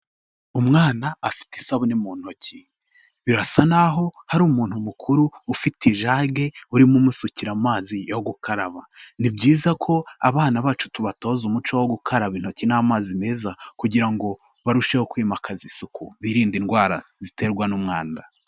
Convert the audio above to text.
Umwana afite isabune mu ntoki, birasa n'aho hari umuntu mukuru ufite ijage urimo umusukira amazi yo gukaraba, ni byiza ko abana bacu tubatoza umuco wo gukaraba intoki n'amazi meza kugira ngo barusheho kwimakaza isuku, birinde indwara ziterwa n'umwanda.